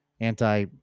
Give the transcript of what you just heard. anti